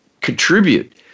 contribute